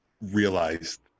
realized